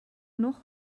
noch